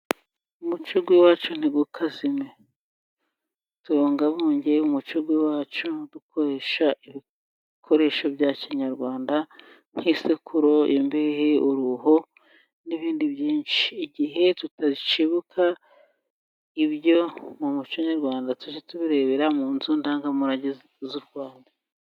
umuco w'iwacu ntukazime. Tubungabunge umuco w'iwacu dukoresha ibikoresho bya kinyarwanda nk'isekuru, imbehe, uruho n'ibindi byinshi. Igihe tutakibuka ibyo mu muco nyarwanda tujye tubirebera mu nzu ndangamurage z'u Rwanda.